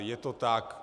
Je to tak.